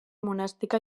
monàstica